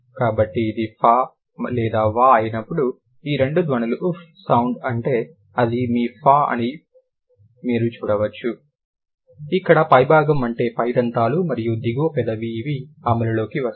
కాబట్టి ఇది ఫ లేదా వ అయినప్పుడు ఈ రెండు ధ్వనులు ఫ్ సౌండ్ అంటే ఇదే మీ ఫ అని మీరు చూడవచ్చు ఇక్కడ పైభాగం అంటే పై దంతాలు మరియు దిగువ పెదవి ఇవి అమలులోకి వస్తాయి